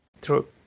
True